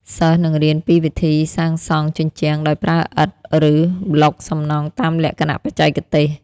សិស្សនឹងរៀនពីវិធីសាងសង់ជញ្ជាំងដោយប្រើឥដ្ឋឬប្លុកសំណង់តាមលក្ខណៈបច្ចេកទេស។